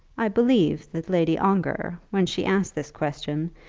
i believe that lady ongar, when she asked this question,